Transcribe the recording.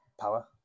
power